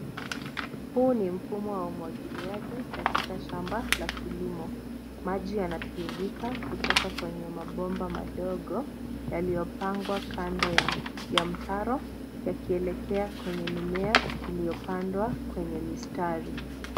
Huu ni mfumo wa umwagiliaji katika shamba la kilimo. Maji yanatiririka kutoka kwenye mabomba madogo yaliyopangwa kando ya mtaro yakielekea kwenye mimea iliyopangwa kwenye mistari.